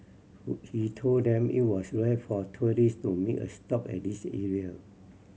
who he told them it was rare for tourist to make a stop at this area